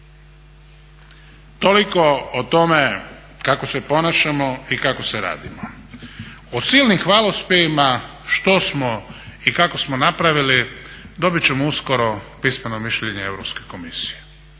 Toliko o tome kako se ponašamo i kako se radimo. Od silnim hvalospjevima što smo i kako smo napravili dobit ćemo uskoro pismeno mišljenje Europske komisije.